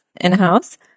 in-house